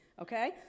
okay